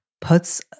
puts